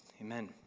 Amen